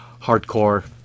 hardcore